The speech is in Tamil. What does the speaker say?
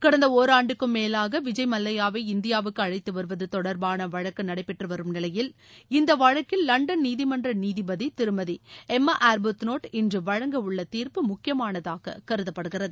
கடந்த ஒராண்டுக்கும் மேலாக விஜய் மல்லையாவை இந்தியாவுக்கு அழழத்து வருவது தொடர்பான வழக்கு நடைபெற்றுவரும் நிலையில் இந்த வழக்கில் லண்டன் நீதிமன்ற நீதிபதி திருமதி எம்மா ஆர்புத்னோட் இன்று வழங்க உள்ள தீர்ப்பு முக்கியமானதாக கருதப்படுகிறது